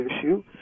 issue